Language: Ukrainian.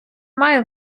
має